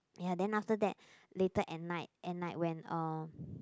ya then after that later at night at night when uh